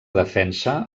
defensa